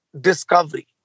discovery